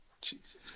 Jesus